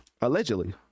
allegedly